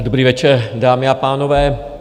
Dobrý večer, dámy a pánové.